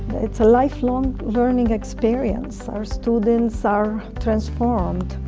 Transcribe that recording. it's a life-long learning experience. our students are transformed.